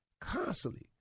constantly